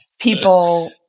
people